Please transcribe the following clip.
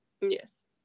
Yes